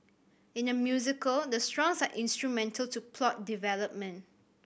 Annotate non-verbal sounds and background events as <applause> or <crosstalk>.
in a musical the <unintelligible> are instrumental to plot development